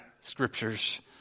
scriptures